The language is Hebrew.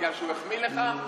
בגלל שהוא החמיא לך,